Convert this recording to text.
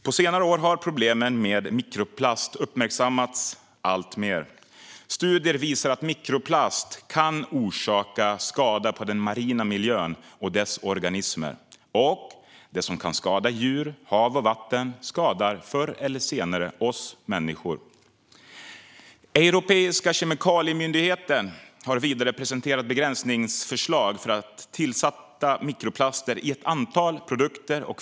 På senare år har problemen med mikroplast uppmärksammats alltmer. Studier visar att mikroplast kan orsaka skada på den marina miljön och dess organismer, och det som kan skada djur, hav och vatten skadar förr eller senare oss människor. Europeiska kemikaliemyndigheten har vidare presenterat begränsningsförslag för tillsatta mikroplaster i ett antal produkter.